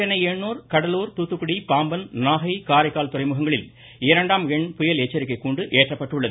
சென்னை எண்ணூர் கடலூர் தூத்துக்குடி பாம்பன் நாகை காரைக்கால் துறைமுகங்களில் இரண்டாம் எண் புயல் எச்சரிக்கை கூண்டு ஏற்றப்பட்டுள்ளது